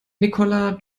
nicola